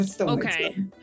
Okay